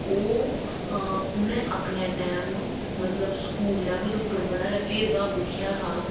ओह् अ उनें'अपने टैम मतलब स्कूल लेबल पर गै भेद भाव दिक्खेआ हा